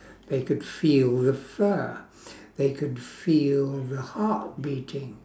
they could feel the fur they could feel the heart beating